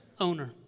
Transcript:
owner